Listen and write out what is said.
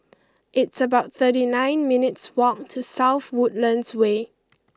it's about thirty nine minutes' walk to South Woodlands Way